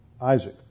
Isaac